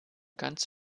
ganz